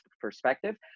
perspective